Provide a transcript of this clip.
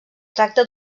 tracta